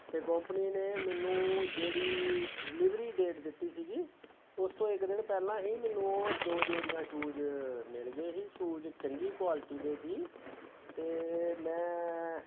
ਅਤੇ ਕੋਪਨੀ ਨੇ ਮੈਨੂੰ ਜਿਹੜੀ ਡਲੀਵਰੀ ਡੇਟ ਦਿੱਤੀ ਸੀਗੀ ਉਸ ਤੋਂ ਇੱਕ ਦਿਨ ਪਹਿਲਾਂ ਹੀ ਮੈਨੂੰ ਉਹ ਦੋ ਜੋੜੀਆਂ ਸ਼ੂਜ ਮਿਲ ਗਏ ਸੀ ਸ਼ੂਜ ਚੰਗੀ ਕੁਆਲਟੀ ਦੇ ਸੀ ਅਤੇ ਮੈਂ